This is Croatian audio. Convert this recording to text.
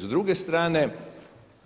S druge strane